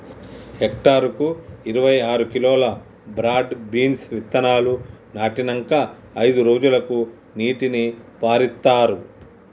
hectare కు ఇరవై ఆరు కిలోలు బ్రాడ్ బీన్స్ విత్తనాలు నాటినంకా అయిదు రోజులకు నీటిని పారిత్తార్